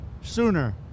sooner